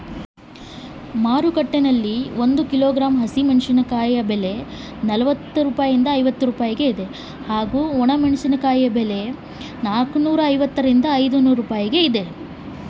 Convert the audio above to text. ಮಾರುಕಟ್ಟೆನಲ್ಲಿ ಒಂದು ಕಿಲೋಗ್ರಾಂ ಮೆಣಸಿನಕಾಯಿ ಬೆಲೆ ಎಷ್ಟಾಗೈತೆ?